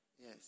Yes